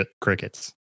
crickets